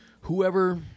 whoever